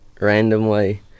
randomly